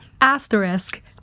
Asterisk